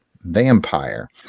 vampire